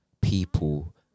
people